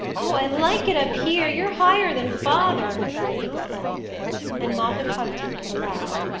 oh, i like it up here you're higher than father! he exclaimed and moffatt hugged him with a laugh.